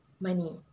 money